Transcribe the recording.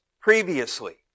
previously